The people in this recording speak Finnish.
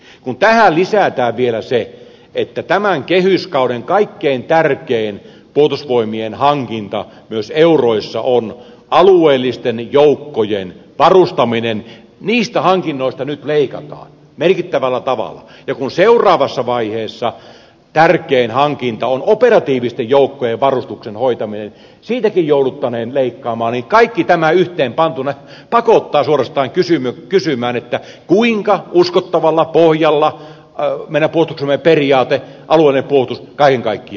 kun tähän lisätään vielä se että tämän kehyskauden kaikkein tärkein puolustusvoimien hankinta myös euroissa on alueellisten joukkojen varustaminen niistä hankinnoista nyt leikataan merkittävällä tavalla ja kun seuraavassa vaiheessa tärkein hankinta on operatiivisten joukkojen varustuksen hoitaminen siitäkin jouduttaneen leikkaamaan niin kaikki tämä yhteen pantuna pakottaa suorastaan kysymään kuinka uskottavalla pohjalla meidän puolustuksemme periaate alueellinen puolustus kaiken kaikkiaan on